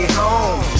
home